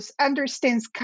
understands